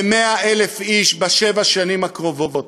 ל-100,000 איש בשבע השנים הקרובות.